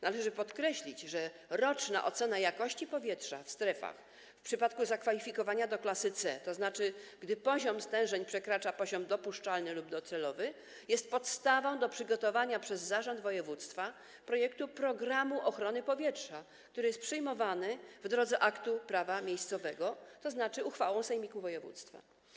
Należy podkreślić, że roczna ocena jakości powietrza w strefach - w przypadku zakwalifikowania do klasy C, tzn. gdy poziom stężeń przekracza poziom dopuszczalny lub docelowy - jest podstawą do przygotowania przez zarząd województwa projektu programu ochrony powietrza, który jest przyjmowany w drodze aktu prawa miejscowego, tzn. uchwałą sejmiku województwa.